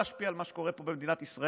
להשפיע על מה שקורה פה במדינת ישראל,